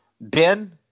Ben